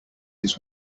his